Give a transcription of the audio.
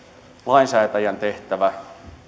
lainsäätäjän tehtävä